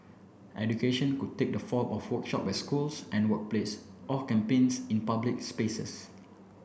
education could take the form of workshops at schools and workplace or campaigns in public spaces